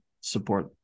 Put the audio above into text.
support